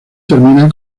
termina